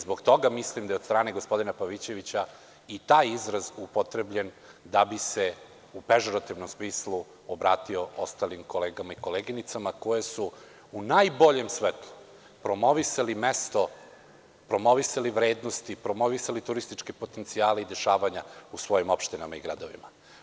Zbog toga mislim da je od strane gospodina Pavićevića i taj izraz upotrebljen da bi se u pežorativnom smislu obratio ostalim kolegama i koleginicama koji su u najboljem svetlu promovisali mesto, promovisali vrednosti, promovisali turističke potencijale i dešavanja u svojim opštinama i gradovima.